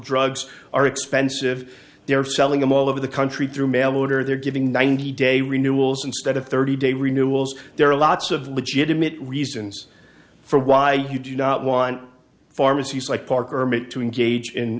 drugs are expensive they are selling them all over the country through mail order they're giving ninety day renewals instead of thirty day renewals there are lots of legitimate reasons for why you do not want pharmacies like parker mint to engage in